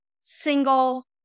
single